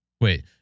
wait